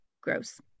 gross